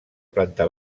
planta